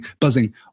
buzzing